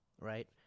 right